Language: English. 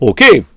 Okay